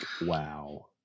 wow